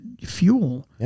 fuel